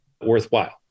worthwhile